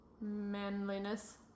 manliness